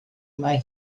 mai